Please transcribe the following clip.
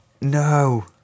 no